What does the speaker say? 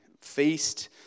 feast